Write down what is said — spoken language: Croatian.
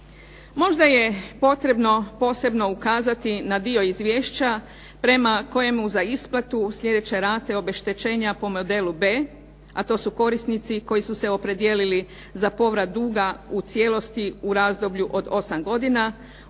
Možda je potrebno posebno ukazati na dio izvješća prema kojemu za isplatu sljedeće rate obeštećenja po modelu B, a to su korisnici koji su se opredijelili za povrat duga u cijelosti u razdoblju od 8 godina